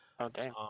Okay